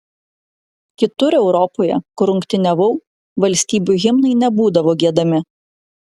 kitur europoje kur rungtyniavau valstybių himnai nebūdavo giedami